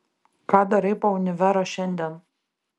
ką darai po univero šiandien